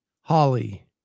Holly